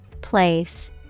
Place